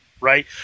right